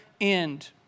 end